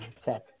tech